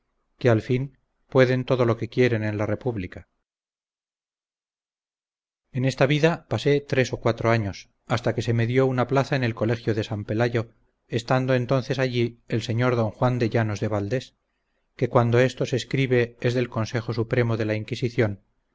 que al fin pueden todo lo que quieren en la república en esta vida pasé tres o cuatro años hasta que se me dió una plaza en el colegio de san pelayo estando entonces allí el sr d juan de llanos de valdés que cuando esto se escribe es del consejo supremo de la inquisición